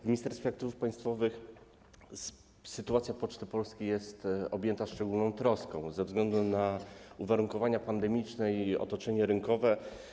W Ministerstwie Aktywów Państwowych sytuacja Poczty Polskiej jest objęta szczególną troską ze względu na uwarunkowania pandemiczne i otoczenie rynkowe.